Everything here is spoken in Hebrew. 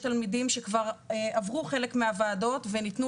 יש תלמידים שכבר עברו חלק מהוועדות וניתנו